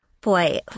Boy